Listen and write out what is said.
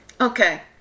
Okay